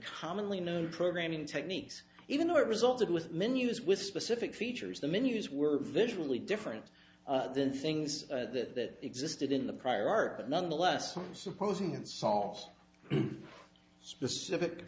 commonly known programming techniques even though it resulted with menus with specific features the menus were visually different than things that existed in the prior art but nonetheless i'm supposing it solves specific